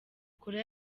korea